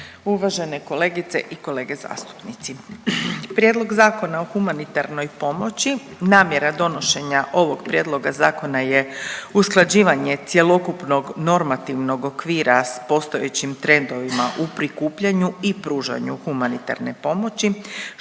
uvažene kolegice i kolege zastupnici. Prijedlog zakona o humanitarnoj pomoći, namjera donošenja ovog prijedloga zakona je usklađivanje cjelokupnog normativnog okvira sa postojećim trendovima u prikupljanju i pružanju humanitarne pomoći